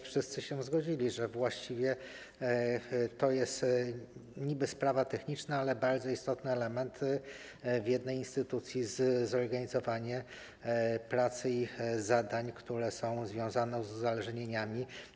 Wszyscy się zgodzili, że właściwie to jest niby sprawa techniczna, ale jest tu bardzo istotny element, czyli w jednej instytucji zorganizowanie pracy i zadań, które są związane z uzależnieniami.